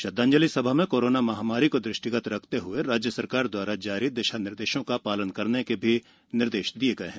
श्रद्दांजलि सभा में कोरोना महामारी को दृष्टिगत रखते राज्य सरकार द्वारा जारी दिशा निर्देशों का पालन करने के भी निर्देश दिये गये हैं